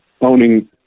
owning